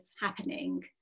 happening